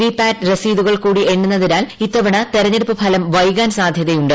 V PAT രസീതുകൾ കൂടി എണ്ണുന്നതിനാൽ ഇത്തവണ തെരഞ്ഞെടുപ്പ് ഫലം വൈകാൻ സാധ്യതയുണ്ട്